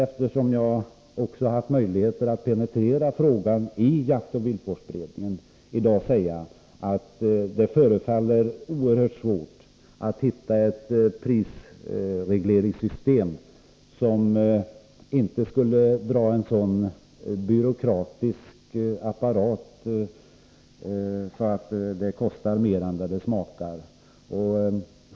Eftersom jag också haft möjligheter att penetrera saken i jaktoch viltvårdsberedningen måste jag säga att det förefaller oerhört svårt att hitta ett prisregleringssystem som inte skulle fordra en sådan byråkratisk apparat att det kostar mer än det smakar.